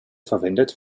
verwendet